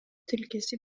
тилкеси